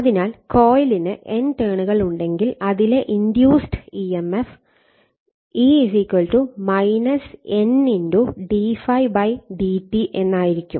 അതിനാൽ കോയിലിന് N ടേണുകൾ ഉണ്ടെങ്കിൽ അതിലെ induced emf E N d∅ dt എന്നായിരിക്കും